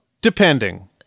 Depending